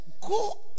go